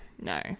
No